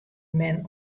men